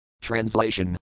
Translation